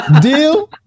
Deal